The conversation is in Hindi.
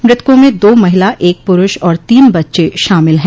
मृतकों में दो महिला एक पुरूष और तीन बच्चे शामिल है